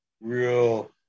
real